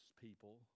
people